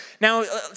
Now